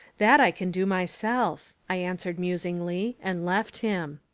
that i can do myself, i answered musingly, and left him.